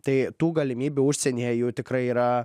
tai tų galimybių užsienyje jau tikrai yra